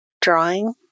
drawing